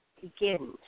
begin